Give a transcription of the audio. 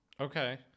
okay